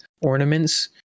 ornaments